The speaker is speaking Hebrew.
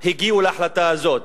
הגיעו להחלטה הזאת.